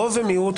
רוב ומיעוט,